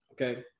okay